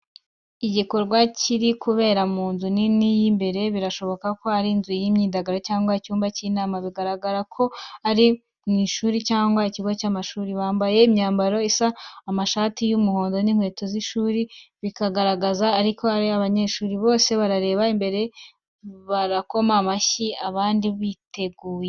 Igikorwa kiri kubera mu nzu nini y’imbere birashoboka ko ari inzu y’imyidagaduro cyangwa icyumba cy’inama, bigaragara ko ari mu ishuri cyangwa ikigo cy’amashuri. Bambaye imyambaro isa amashati y’umuhondo n’inkweto z’ishuri, bikagaragaza ko ari abanyeshuri. Bose bareba imbere bamwe barakoma mu mashyi, abandi biteguye.